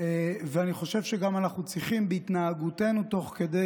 אני חושב שאנחנו צריכים בהתנהגותנו תוך כדי